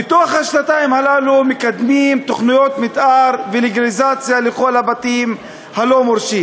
ותוך השנתיים הללו מקדמים תוכניות מתאר ולגליזציה לכל הבתים הלא-מורשים,